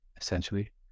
essentially